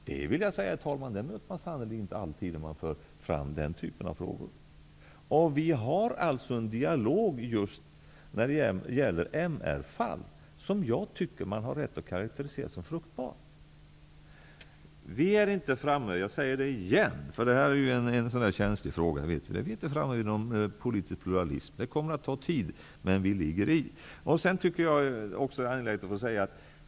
Det möter man minsann inte alltid, herr talman, när man för fram den typen av frågor. Vi har alltså en dialog när det gäller MR-fall, som jag tycker att man kan karakterisera som fruktbar. Vi är inte framme vid en politisk pluralism. Jag säger det igen, eftersom det är en känslig fråga. Det kommer att ta tid, men vi ligger i.